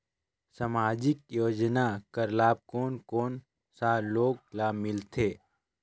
समाजिक योजना कर लाभ कोन कोन सा लोग ला मिलथे?